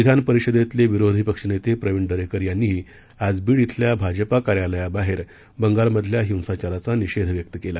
विधानपरिषदेतले विरोधी पक्षनेते प्रविण दरेकर यांनीही आज बीड इथल्या भाजपा कार्यालयाबाहेर बंगालमधल्या हिंसाचाराचा निषेध व्यक्त केला